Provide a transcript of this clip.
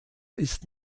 ist